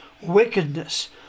wickedness